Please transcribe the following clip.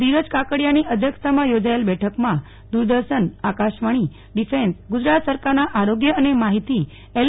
ધીરજ કાકડિયાની અધ્યક્ષતામાં યોજાયેલ બેઠકમાં દુરદર્શનઆકાશવાણીડિફેન્સ ગુજરાત સરકારના આરોગ્ય અને માહિતી એલ